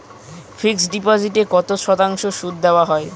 Fixed ডিপোজিটে কত শতাংশ সুদ দেওয়া হয়?